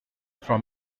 from